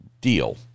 deal